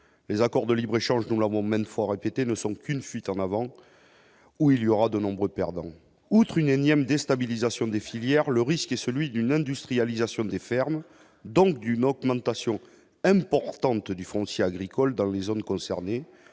les accords de libre-échange, nous l'avons même fois répété ne sont qu'une fuite en avant. Où il y aura de nombreux perdants, outre une énième déstabilisation des filières, le risque est celui de l'industrialisation des fermes, donc d'une augmentation importante du foncier agricole dans les zones concernées